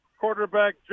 quarterback